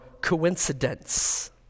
coincidence